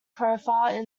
profile